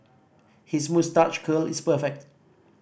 his moustache curl is perfect